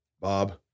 Bob